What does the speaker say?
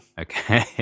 Okay